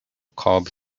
cobb